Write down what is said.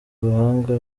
ubuhanga